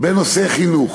בנושא חינוך.